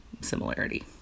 similarity